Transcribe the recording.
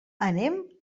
anem